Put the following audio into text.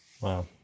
Wow